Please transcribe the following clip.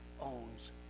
owns